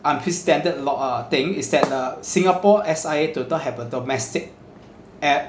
unprecedented lock uh thing is that uh singapore S_I_A do not have a domestic airline